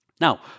Now